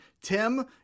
tim